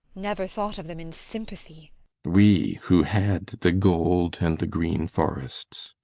never thought of them in sympathy we, who had the gold, and the green forests